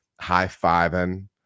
high-fiving